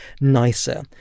nicer